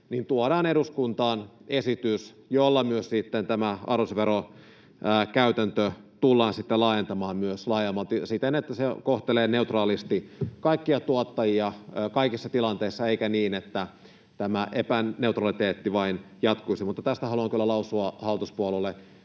tuodaan eduskuntaan esitys, jolla tämä arvonlisäverokäytäntö tullaan laajentamaan myös laajemmalti siten, että se kohtelee neutraalisti kaikkia tuottajia kaikissa tilanteissa, eikä niin, että tämä epäneutraliteetti vain jatkuisi. Mutta haluan kyllä lausua hallituspuolueille